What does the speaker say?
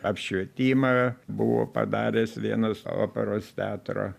apšvietimą buvo padaręs vienas operos teatro